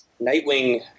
Nightwing